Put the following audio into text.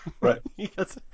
Right